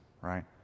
right